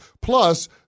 Plus